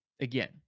Again